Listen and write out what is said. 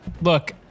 look